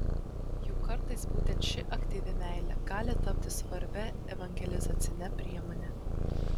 juk kartais būtent ši aktyvi meilė gali tapti svarbia evangelizacine priemone